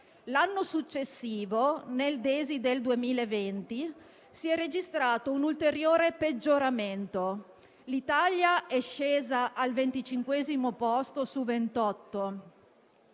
L'anno successivo, nell'indice DESI del 2020 si è registrato un ulteriore peggioramento: l'Italia è scesa al venticinquesimo posto su 28,